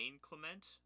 Clement